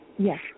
Yes